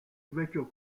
vecchio